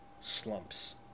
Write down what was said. slumps